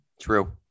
True